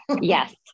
Yes